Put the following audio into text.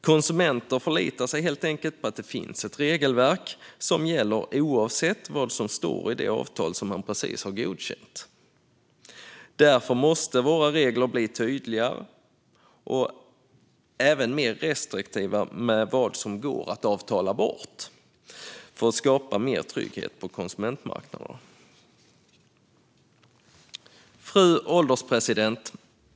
Konsumenter förlitar sig helt enkelt på att det finns ett regelverk som gäller oavsett vad som står i det avtal de precis har godkänt. Därför måste våra regler bli tydligare och även mer restriktiva gällande vad som går att avtala bort. Det handlar om att skapa mer trygghet på konsumentmarknaderna. Fru ålderspresident!